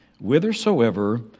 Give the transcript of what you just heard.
whithersoever